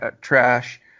trash